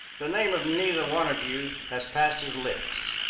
the name of neither one of you has passed his lips!